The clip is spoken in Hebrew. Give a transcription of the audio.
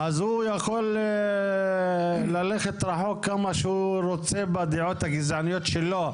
הוא יכול ללכת רחוק כמה שהוא רוצה בדעות הגזעניות שלו,